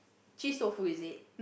cheese tofu is it